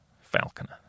Falconer